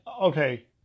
okay